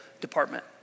department